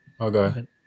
okay